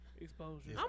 exposure